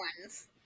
ones